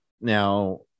Now